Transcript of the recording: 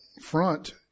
front